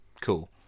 Cool